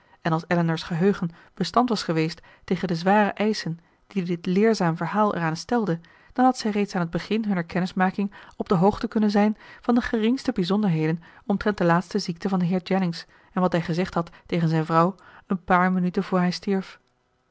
en als elinor's geheugen bestand was geweest tegen de zware eischen die dit leerzaam verhaal eraan stelde dan had zij reeds aan het begin hunner kennismaking op de hoogte kunnen zijn van de geringste bijzonderheden omtrent de laatste ziekte van den heer jennings en wat hij gezegd had tegen zijn vrouw een paar minuten voor hij stierf